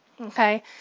okay